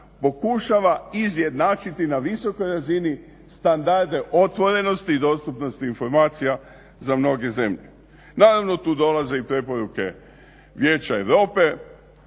pokušava izjednačiti na visokoj razini standarde otvorenosti i dostupnosti informacija za mnoge zemlje. Naravno tu dolaze i preporuke Vijeća Europe,